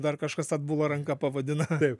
dar kažkas atbula ranka pavadina taip